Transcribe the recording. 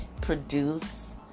produce